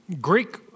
Greek